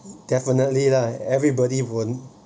definitely lah everybody won't